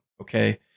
okay